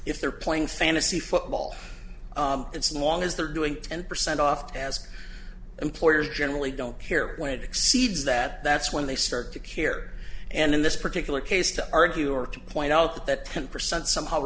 if they're playing fantasy football and small as they're doing ten percent off as employers generally don't care when it exceeds that that's when they start to care and in this particular case to argue or to point out that ten percent somehow